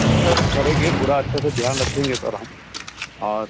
जी sir करेंगे पूरा अच्छे से ध्यान रखेंगे सर हम और